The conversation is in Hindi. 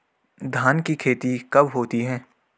धान की खेती कब होती है?